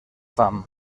fam